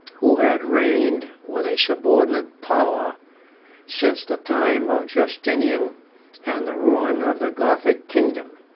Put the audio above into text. who had reigned with a subordinate power since the time of justinian and the ruin of the gothic kingdom.